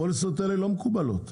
הפוליסות האלה לא מקובלות.